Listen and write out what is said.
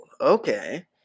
okay